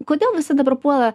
kodėl visi dabar puola